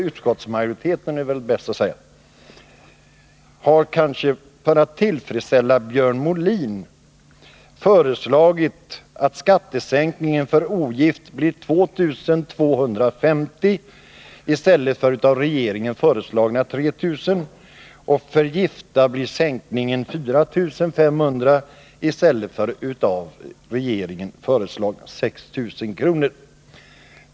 Utskottsmajoriteten har, kanske för att tillfredsställa Björn Molin, föreslagit att skattesänkningen för ogift blir 2250 kr. i stället för av regeringen föreslagna 3 000, och för gifta blir sänkningen 4 500 i stället för av regeringen föreslagna 6 000 kr.